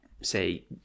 say